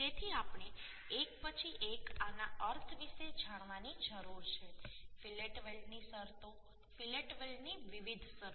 તેથી આપણે એક પછી એક આના અર્થ વિશે જાણવાની જરૂર છે ફિલેટ વેલ્ડની શરતો ફિલેટ વેલ્ડની વિવિધ શરતો